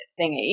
thingy